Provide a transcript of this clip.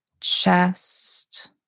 chest